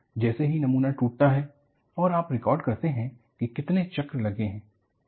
जैसे ही नमूना टूटता है आप रिकॉर्ड करते हैं कि कितने चक्र लगे हैं